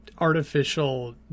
artificial